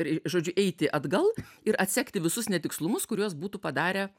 žodžiu eiti atgal ir atsekti visus netikslumus kuriuos būtų padarę